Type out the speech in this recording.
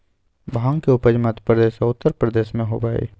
भांग के उपज मध्य प्रदेश और उत्तर प्रदेश में होबा हई